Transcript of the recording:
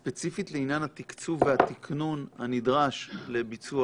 ספציפית לעניין התקצוב והתקנון הנדרש לביצוע,